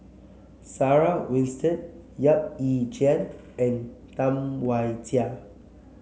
Sarah Winstedt Yap Ee Chian and Tam Wai Jia